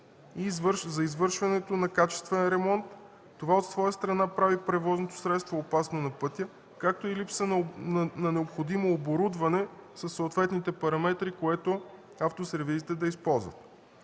за извършването на качествен ремонт, това от своя страна прави превозното средство опасно на пътя, както и липса на необходимо оборудване със съответните параметри, което автосервизите да използват.